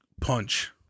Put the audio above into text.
punch